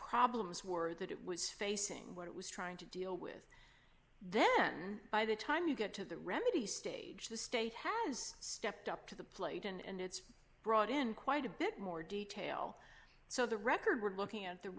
problems were that it was facing what it was trying to deal with then by the time you get to the remedy stage the state has stepped up to the plate and it's brought in quite a bit more detail so the record we're looking at the